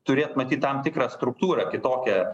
turėt matyt tam tikrą struktūrą kitokią